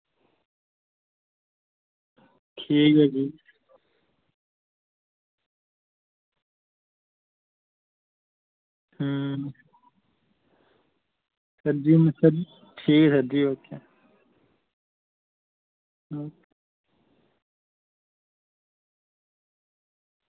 ठीक ऐ जी हूं सर जी ठीक ऐ सर जी ओके